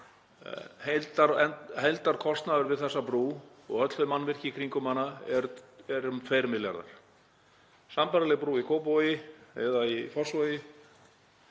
Heildarkostnaður við þessa brú og öll þau mannvirki í kringum hana er um 2 milljarðar. Sambærileg brú í Kópavogi eða í Fossvogi